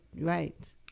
right